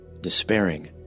despairing